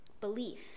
Belief